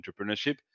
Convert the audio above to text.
entrepreneurship